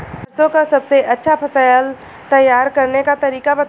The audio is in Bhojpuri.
सरसों का सबसे अच्छा फसल तैयार करने का तरीका बताई